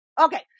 Okay